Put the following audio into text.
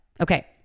Okay